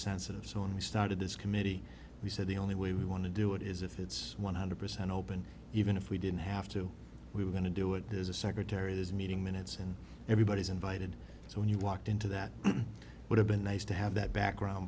sensitive so and we started this committee we said the only way we want to do it is if it's one hundred percent open even if we didn't have to we were going to do it as a secretary is meeting minutes and everybody's invited so when you walked into that would have been nice to have that background